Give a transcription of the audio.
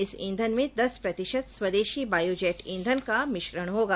इस ईंधन में दस प्रतिशत स्वदेशी बायो जेट ईंधन का मिश्रण होगा